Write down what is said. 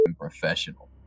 professional